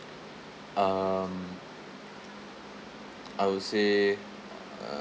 um I would say